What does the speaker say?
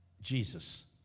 Jesus